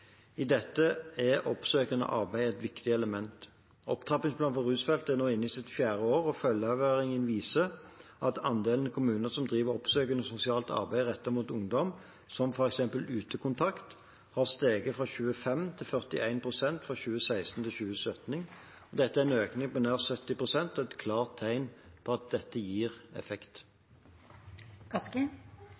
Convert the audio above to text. I dette er oppsøkende arbeid et viktig element. Opptrappingsplanen for rusfeltet er nå inne i sitt fjerde år, og følgeevalueringen viser at andelen kommuner som driver oppsøkende sosialt arbeid rettet mot ungdom, som f.eks. utekontakter, har steget fra 25 pst. til 41 pst. fra 2016 til 2017. Det er en økning på nær 70 pst. og et klart tegn på at dette gir effekt.